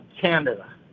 Canada